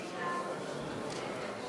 יושב-ראש הוועדה,